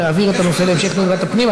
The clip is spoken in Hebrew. להעביר את הנושא לוועדת הפנים.